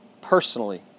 personally